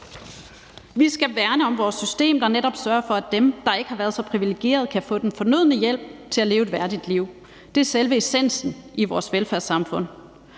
Vi skal værne om vores system, der netop sørger for, at dem, der ikke har været så privilegerede, kan få den fornødne hjælp til at leve et værdigt liv. Det er selve essensen i vores velfærdssamfund.